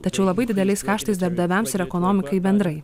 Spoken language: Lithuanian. tačiau labai dideliais karštais darbdaviams ir ekonomikai bendrai